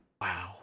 Wow